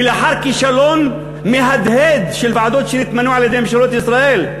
ולאחר כישלון מהדהד של ועדות שנתמנו על-ידי ממשלות ישראל,